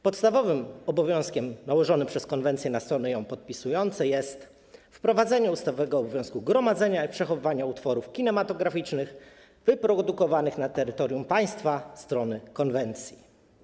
Podstawowym obowiązkiem nałożonym przez konwencję na strony ją podpisujące jest wprowadzenie ustawowego obowiązku gromadzenia i przechowywania utworów kinematograficznych wyprodukowanych na terytorium państwa strony konwencji.